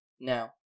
Now